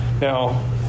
Now